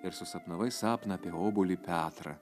ir susapnavai sapną apie obuolį petrą